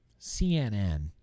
CNN